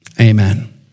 Amen